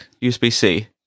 USB-C